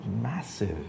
massive